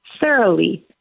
thoroughly